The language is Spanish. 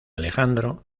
alejandro